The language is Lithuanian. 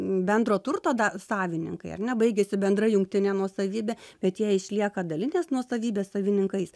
bendro turto savininkai ar ne baigėsi bendra jungtinė nuosavybė bet jie išlieka dalinės nuosavybės savininkais